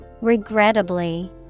Regrettably